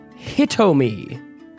Hitomi